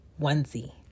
onesie